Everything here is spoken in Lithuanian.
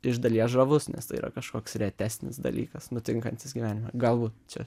iš dalies žavus nes tai yra kažkoks retesnis dalykas nutinkantis gyvenime galbūt čia